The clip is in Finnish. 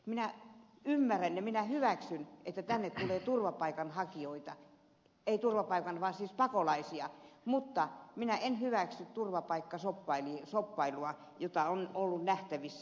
minä ymmärrän ja minä hyväksyn että tänne tulee pakolaisia mutta minä en hyväksy turvapaikkashoppailua jota on ollut nähtävissä